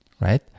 right